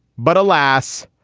but alas,